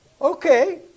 Okay